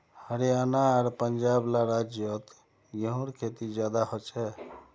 हरयाणा आर पंजाब ला राज्योत गेहूँर खेती ज्यादा होछे